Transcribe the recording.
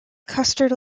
custard